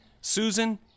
Susan